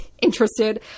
interested